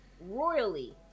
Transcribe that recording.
royally